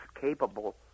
capable